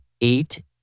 eight